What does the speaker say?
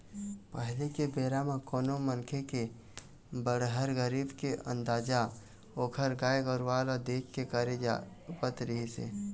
पहिली के बेरा म कोनो मनखे के बड़हर, गरीब के अंदाजा ओखर गाय गरूवा ल देख के करे जावत रिहिस हे